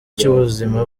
cy’ubuzima